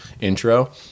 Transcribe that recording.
intro